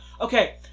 Okay